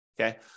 Okay